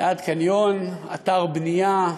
ליד קניון, אתר בנייה,